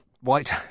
White